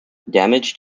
damage